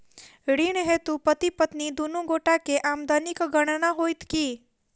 ऋण हेतु पति पत्नी दुनू गोटा केँ आमदनीक गणना होइत की?